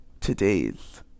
today's